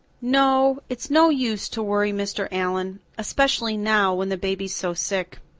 no, it's no use to worry mr. allan, especially now when the baby's so sick.